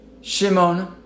Shimon